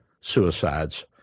suicides